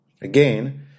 Again